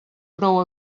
prou